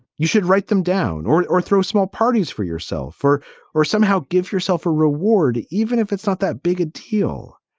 you should write them down or or throw small parties for yourself for or somehow give yourself a reward. even if it's not that big a deal,